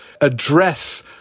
address